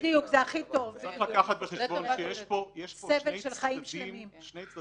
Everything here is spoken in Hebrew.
צריך לקחת בחשבון שיש פה שני צדדים